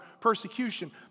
persecution